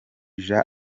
jean